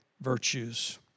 virtues